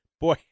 Boy